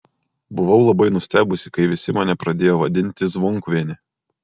buvau labai nustebusi kai visi mane pradėjo vadinti zvonkuviene